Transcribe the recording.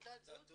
יש תעודת זהות.